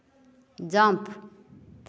jump